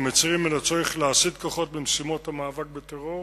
אנחנו מצרים על הצורך להסיט כוחות ממשימות המאבק בטרור